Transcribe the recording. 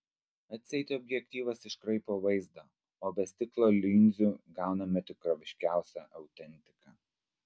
atseit objektyvas iškraipo vaizdą o be stiklo linzių gauname tikroviškiausią autentiką